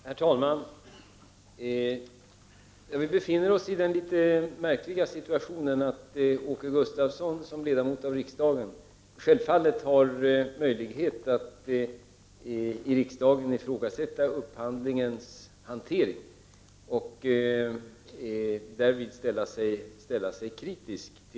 Herr talman! Vi befinner oss i den litet märkliga situationen att Åke Gustavsson som ledamot av riksdagen självfallet har möjlighet att i riksdagen ifrågasätta hanteringen av upphandlingen eh I rvid ställa sig kritisk till förfarandet.